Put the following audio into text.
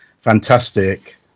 fantastic